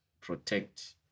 protect